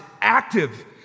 active